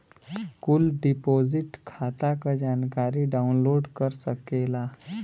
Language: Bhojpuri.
कुल डिपोसिट खाता क जानकारी डाउनलोड कर सकेला